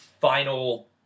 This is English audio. final